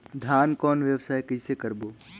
धान कौन व्यवसाय कइसे करबो?